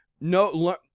no